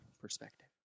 perspective